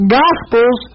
gospels